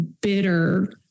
bitter